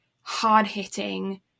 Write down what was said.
hard-hitting